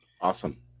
awesome